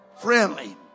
friendly